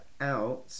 out